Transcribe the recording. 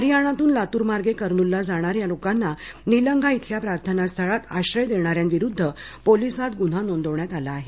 हरियाणातुन लातूरमार्गे कर्नुलला जाणाऱ्या लोकाना निलंगा इथल्या प्रार्थनास्थळात आश्रय देणाऱ्यांविरुध्द पोलीसात गुन्हा नोंदवण्यात आला आहे